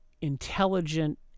intelligent